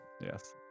Yes